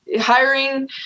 hiring